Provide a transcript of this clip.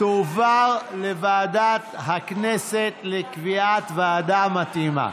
ותועבר לוועדת הכנסת לקביעת ועדה מתאימה.